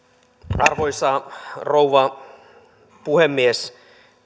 arvoisa rouva puhemies